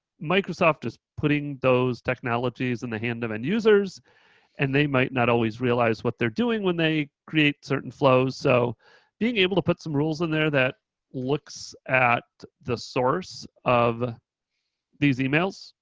microsoft is putting those technologies in the hand of end users and they might not always realize what they're doing when they create certain flows. so being able to put some rules in there that looks at the source of these emails,